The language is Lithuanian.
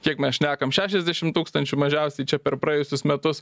kiek mes šnekam šešiasdešim tūkstančių mažiausiai čia per praėjusius metus